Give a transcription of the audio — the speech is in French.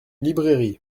librairie